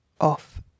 off